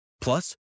Plus